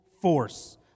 force